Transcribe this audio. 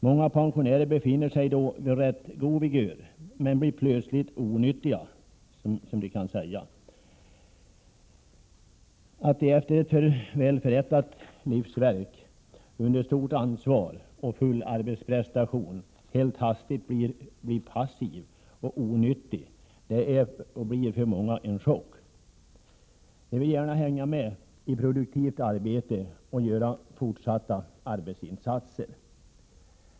Många pensionärer är då vid rätt god vigör men blir plötsligt ”onyttiga”, som de ibland säger. Att efter välförrättat livsverk under stort ansvar och med full arbetsprestation helt hastigt bli passiv och onyttig blir för många en chock. Man vill gärna hänga med i produktivt arbete och göra fortsatta arbetsinsatser.